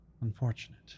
unfortunate